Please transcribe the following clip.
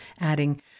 adding